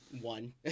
One